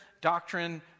doctrine